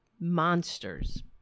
monsters